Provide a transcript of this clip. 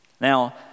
Now